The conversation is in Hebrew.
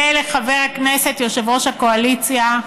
ולחבר הכנסת יושב-ראש הקואליציה,